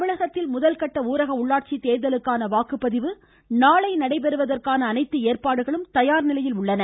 தமிழகத்தில் முதற்கட்ட ஊரக உள்ளாட்சித் தேர்தலுக்கான வாக்குப்பதிவு நாளை நடைபெறுவதற்கான அனைத்து ஏற்பாடுகளும் தயார்நிலையில் உள்ளன